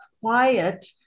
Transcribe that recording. quiet